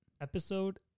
Episode